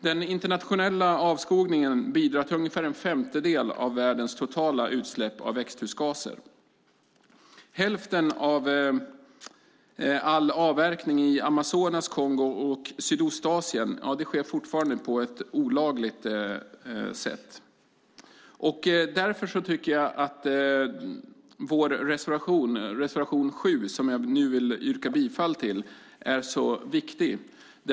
Den internationella avskogningen bidrar till ungefär en femtedel av världens totala utsläpp av växthusgaser. Hälften av all avverkning i Amazonas, Kongo och Sydostasien sker fortfarande på ett olagligt sätt. Därför tycker jag att vår reservation nr 7, som jag nu vill yrka bifall till, är så viktig.